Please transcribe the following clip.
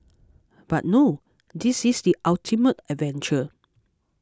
but no this is the ultimate adventure